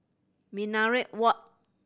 Minaret Walk